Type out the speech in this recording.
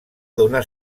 donar